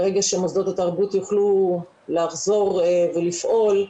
ברגע שמוסדות התרבות יוכלו לחזור לפעול,